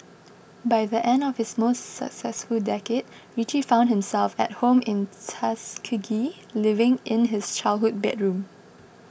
by the end of his most successful decade Richie found himself at home in Tuskegee living in his childhood bedroom